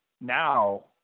Now